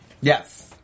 Yes